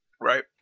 Right